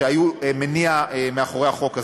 שהיו המניע מאחורי החוק הזה.